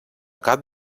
cap